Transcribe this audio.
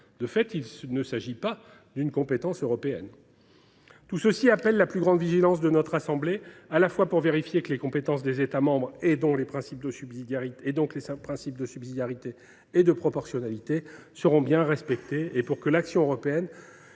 de fait, il ne s’agit pas d’une compétence de l’Union. Tout cela appelle la plus grande vigilance de notre assemblée : il nous appartient de vérifier à la fois que les compétences des États membres, et donc les principes de subsidiarité et de proportionnalité, seront bien respectées et que l’action européenne